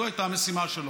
זו הייתה המשימה שלו.